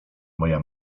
moja